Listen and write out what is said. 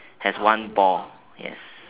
has one ball yes